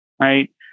right